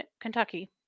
Kentucky